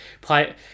Play